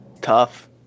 Tough